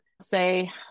say